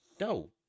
no